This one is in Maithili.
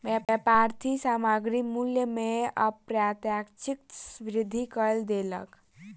व्यापारी सामग्री मूल्य में अप्रत्याशित वृद्धि कय देलक